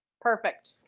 perfect